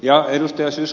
ja ed